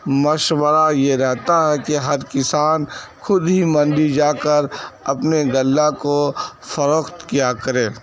مشورہ یہ رہتا ہے کہ ہر کسان خود ہی منڈی جا کر اپنے غلہ کو فروخت کیا کرے